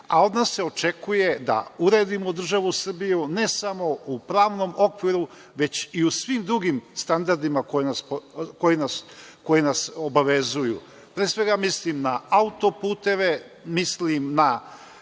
nas se očekuje da uredimo državu Srbiju, ne samo u pravnom okviru, već i u svim drugim standardima koji nas obavezuju. Pre svega, mislim na autoputeve, mislim na